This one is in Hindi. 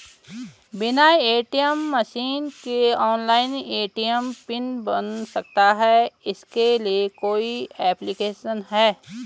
बिना ए.टी.एम मशीन के ऑनलाइन ए.टी.एम पिन बन सकता है इसके लिए कोई ऐप्लिकेशन है?